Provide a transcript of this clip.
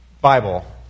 Bible